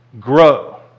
grow